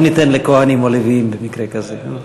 בוא ניתן לכוהנים או לוויים במקרה כזה.